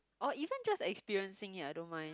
or even just experiencing it I don't mind